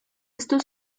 esto